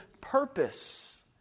purpose